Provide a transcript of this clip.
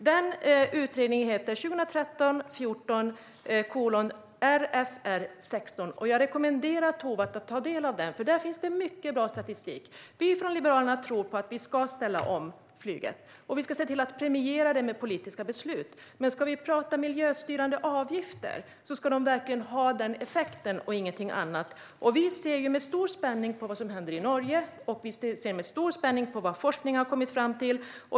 Denna utredning heter 2013/14:RFR16. Jag rekommenderar Tovatt att ta del av den, för där finns det mycket bra statistik. Vi från Liberalerna tror på att vi ska ställa om flyget, och vi ska se till att premiera det med politiska beslut. Men ska vi prata miljöstyrande avgifter ska de verkligen ha den effekten och ingenting annat. Vi ser med stor spänning på vad som händer i Norge, och vi ser med stor spänning på vad forskning har kommit fram till.